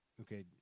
okay